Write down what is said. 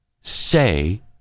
say